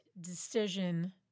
decision